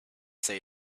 say